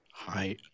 Hi